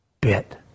bit